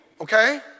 Okay